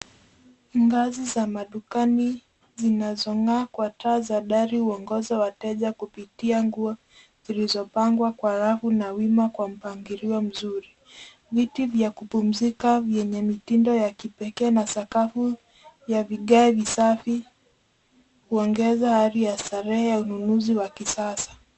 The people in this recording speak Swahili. Ngazi za madukani zinazong'aa kwa taa za dari huongoza wateja kupitia nguo zilizopangwa kwa rafu na wima kwa mpangilio mzuri. Viti vya kupumzika vyenye mitindo ya kipekee na sakafu ya vigae visafi huongeza hali ya starehe ya ununuzi wa kisasa.